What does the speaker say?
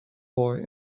boy